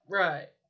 right